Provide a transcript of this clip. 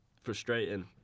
frustrating